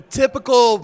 typical